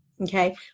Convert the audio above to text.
okay